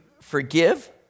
forgive